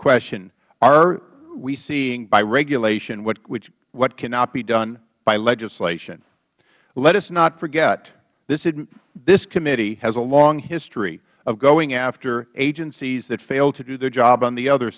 question are we seeing by regulation what cannot be done by legislation let us not forget this committee has a long history of going after agencies that fail to do their job on the other